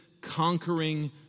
conquering